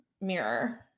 mirror